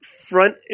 front